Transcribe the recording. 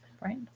right